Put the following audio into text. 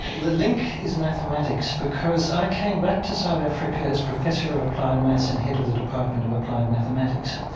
the link is mathematics because i came back to south africa as professor of applied math and head of the department of applied mathematics.